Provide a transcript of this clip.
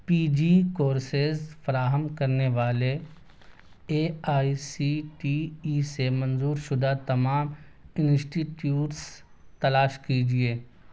پی G courses فراہم کرنے والے A I C T E سے منظور شدہ تمام انسٹیٹیوٹس تلاش کیجیے